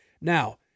Now